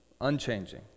Unchanging